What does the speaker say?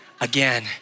Again